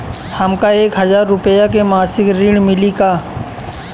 हमका एक हज़ार रूपया के मासिक ऋण मिली का?